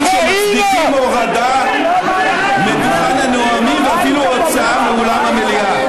שמצדיקים הורדה מדוכן הנואמים ואפילו הוצאה מאולם המליאה.